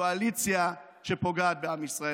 קואליציה שפוגעת בעם ישראל.